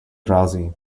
drowsy